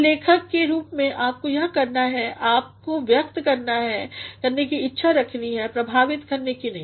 तो लेखक के रूप में आपको यह करना है आपको व्यक्त करने की इच्छा रखनी है प्रभावित करने की नहीं